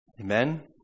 Amen